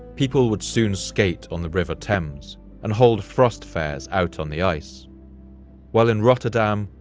people would soon skate on the river thames and hold frost fairs out on the ice while in rotterdam,